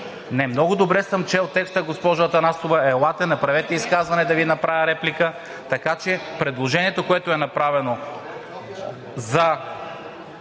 Не, много добре съм чел текста, госпожо Атанасова. Елате, направете изказване, да Ви направя реплика. Предложението, което е направено, да